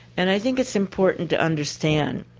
and i think it's important to understand